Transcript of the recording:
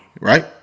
right